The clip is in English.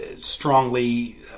strongly